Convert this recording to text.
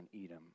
Edom